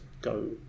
go